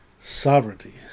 sovereignty